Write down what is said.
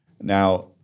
Now